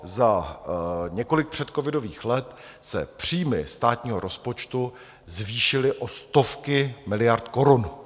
Za několik předcovidových let se příjmy státního rozpočtu zvýšily o stovky miliard korun.